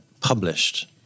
published